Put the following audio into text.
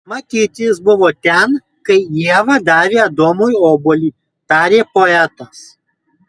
matyt jis buvo ten kai ieva davė adomui obuolį tarė poetas